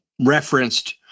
referenced